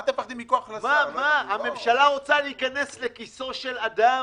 מה אתם מפחדים --- הממשלה רוצה להיכנס לכיסו של אדם?